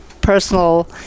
personal